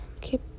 keep